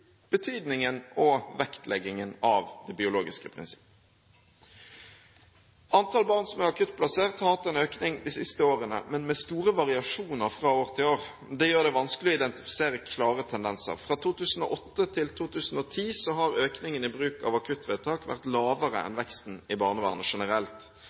betydningen og vektleggingen av det biologiske prinsipp? Antall barn som er akuttplassert, har hatt en økning de siste årene, men med store variasjoner fra år til år. Det gjør det vanskelig å identifisere klare tendenser. Fra 2008 til 2010 har økningen i bruk av akuttvedtak vært lavere enn veksten i barnevernet generelt.